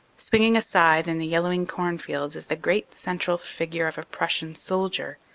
swinging a scythe in the yellowing cornfields is the great central figure of a prussian soldier,